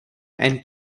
and